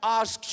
ask